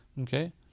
okay